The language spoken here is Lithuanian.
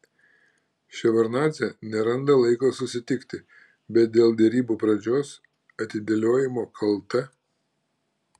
ševardnadzė neranda laiko susitikti bet dėl derybų pradžios atidėliojimo kalta